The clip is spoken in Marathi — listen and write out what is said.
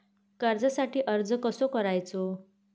कर्जासाठी अर्ज कसो करायचो?